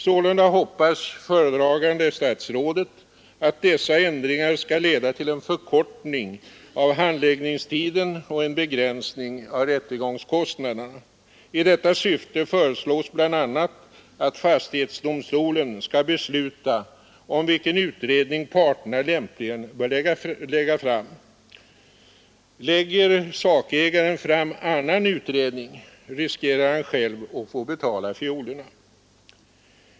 Sålunda hoppas föredragande statsrådet att dessa ändringar skall leda till en förkortning av handläggningstiden och en begränsning av rättegångskostnaderna. I detta syfte föreslås bl.a. att fastighetsdomstolen skall besluta om vilken utredning parterna lämpligen bör lägga fram. Lägger sakägaren fram annan utredning riskerar han att själv få betala fiolerna.